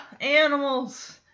animals